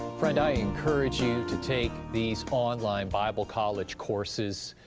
friend, i encourage you to take these online bible college courses.